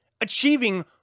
achieving